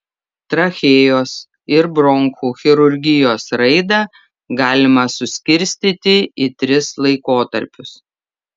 trachėjos ir bronchų chirurgijos raidą galima suskirstyti į tris laikotarpius